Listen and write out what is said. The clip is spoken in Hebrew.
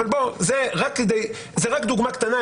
זו רק דוגמה קטנה.